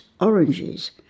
oranges